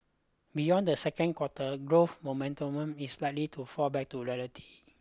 beyond the second quarter growth is likely to fall back to reality